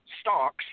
stocks